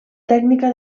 tècnica